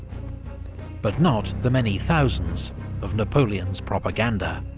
but not the many thousands of napoleon's propaganda.